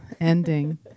ending